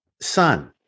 son